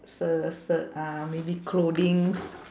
sell sell ah maybe clothings